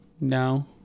No